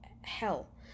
hell